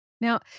Now